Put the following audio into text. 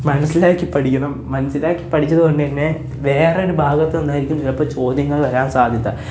മനസ്സിലാക്കി പഠിക്കണം മനസ്സിലാക്കി പഠിച്ചതുകൊണ്ടുതന്നെ വേറൊരു ഭാഗത്തുനിന്നായിരിക്കും ചിലപ്പോള് ചോദ്യങ്ങൾ വരാൻ സാധ്യത